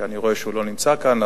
שאני רואה שהוא לא נמצא כאן,